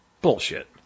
Bullshit